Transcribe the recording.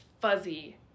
fuzzy